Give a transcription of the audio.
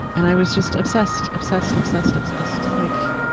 and i was just obsessed. obsessed, obsessed, obsessed. like